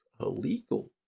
illegal